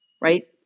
right